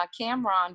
Cameron